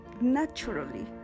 naturally